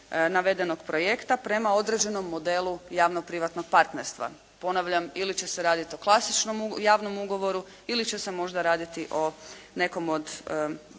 navedenog projekta prema određenom modelu javno privatnog partnerstva. Ponavljam, ili će se raditi o klasičnom javnom ugovoru ili će se možda raditi možda o nekom od